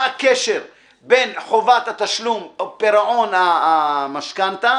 מה הקשר בין חובת התשלום, פירעון המשכנתה